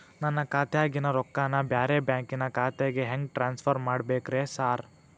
ನನ್ನ ಖಾತ್ಯಾಗಿನ ರೊಕ್ಕಾನ ಬ್ಯಾರೆ ಬ್ಯಾಂಕಿನ ಖಾತೆಗೆ ಹೆಂಗ್ ಟ್ರಾನ್ಸ್ ಪರ್ ಮಾಡ್ಬೇಕ್ರಿ ಸಾರ್?